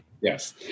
Yes